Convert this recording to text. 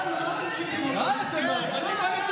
מה אומר החוק?